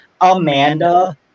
Amanda